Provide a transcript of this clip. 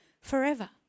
forever